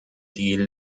die